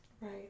Right